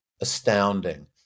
Astounding